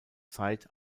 zeit